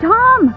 Tom